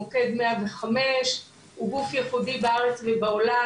מוקד 105 הוא גוף ייחודי בארץ ובעולם,